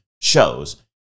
shows